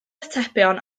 atebion